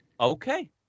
Okay